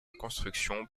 construction